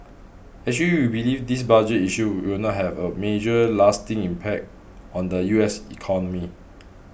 actually we believe this budget issue will not have a major lasting impact on the U S economy